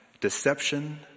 Deception